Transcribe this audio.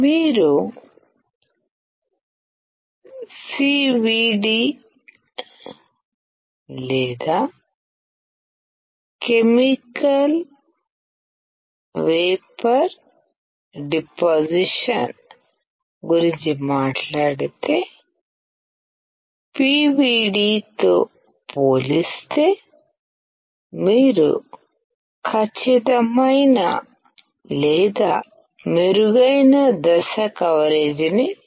మీరు సివిడి లేదా chemical vapour deposition గురించి మాట్లాడితే పివిడితో పోలిస్తే మీరు ఖచ్చితమైన లేదా మెరుగైన దశ కవరేజీని చూడవచ్చు